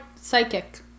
psychic